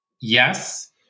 Yes